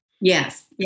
Yes